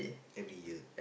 every year